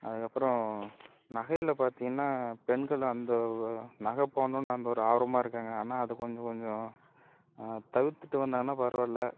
அதுக்கப்பறம் நகையில் பார்த்திங்கன்னா பெண்கள் அந்த ஒரு நகை போடணும்னு அந்த ஒரு ஆர்வமாக இருக்காங்க ஆனால் அது கொஞ்ச கொஞ்சம் தவிர்த்துவிட்டு வந்தாங்கன்னா பரவால்ல